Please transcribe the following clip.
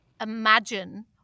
imagine